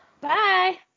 Bye